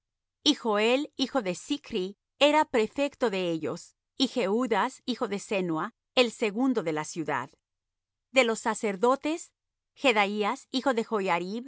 y joel hijo de zichri era prefecto de ellos y jehudas hijo de senua el segundo de la ciudad de los sacerdotes jedaías hijo de joiarib